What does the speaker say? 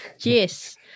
yes